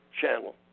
Channel